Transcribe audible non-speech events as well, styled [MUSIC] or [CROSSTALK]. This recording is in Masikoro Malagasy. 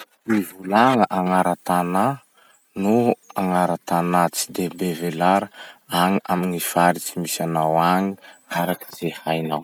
[NOISE] Mivolagna agnara tanà noho agnara tanà tsy de be velara agny amy gny faritsy misy anao agny, araky ze hainao.